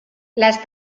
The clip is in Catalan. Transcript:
les